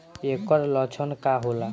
ऐकर लक्षण का होला?